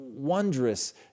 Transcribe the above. wondrous